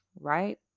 right